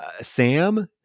Sam